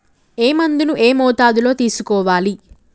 ఏ మందును ఏ మోతాదులో తీసుకోవాలి?